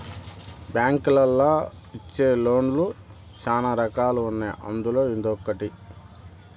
బ్యాంకులోళ్ళు ఇచ్చే లోన్ లు శ్యానా రకాలు ఉన్నాయి అందులో ఇదొకటి